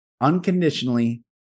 unconditionally